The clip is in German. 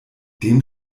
dem